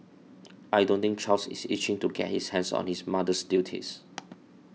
I don't think Charles is itching to get his hands on his mother's duties